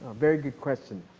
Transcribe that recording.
very good question.